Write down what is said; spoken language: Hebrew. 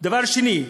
דבר שני,